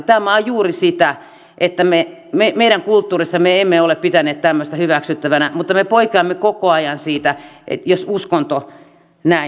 tämä on juuri sitä että meidän kulttuurissamme me emme ole pitäneet tämmöistä hyväksyttävänä mutta me poikkeamme koko ajan siitä jos uskonto näin haluaa